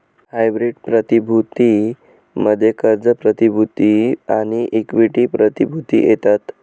hybrid प्रतिभूती मध्ये कर्ज प्रतिभूती आणि इक्विटी प्रतिभूती येतात